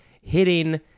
hitting